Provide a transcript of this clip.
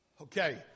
Okay